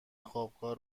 خوابگاه